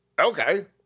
Okay